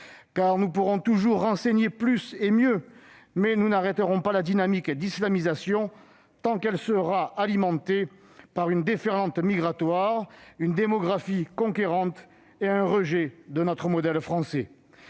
! Nous pourrons toujours renseigner plus et mieux, mais nous n'arrêterons pas la dynamique d'islamisation tant que celle-ci sera alimentée par une déferlante migratoire, une démographie conquérante et un rejet de notre modèle français.